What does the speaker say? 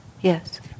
Yes